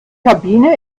kabine